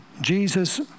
Jesus